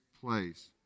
place